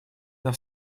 нам